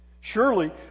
Surely